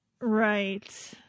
Right